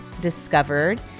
discovered